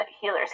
healer's